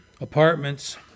apartments